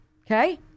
okay